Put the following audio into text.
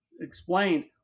explained